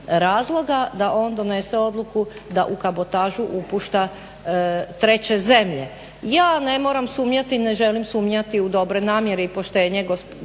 razloga da on donese odluku da u kabotažu upušta treće zemlje. Ja ne moram sumnjati i ne želim sumnjati u dobre namjere i poštenje gospodina